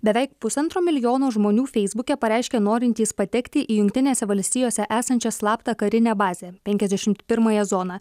beveik pusantro milijono žmonių feisbuke pareiškė norintys patekti į jungtinėse valstijose esančią slaptą karinę bazę penkiasdešimt pirmąją zoną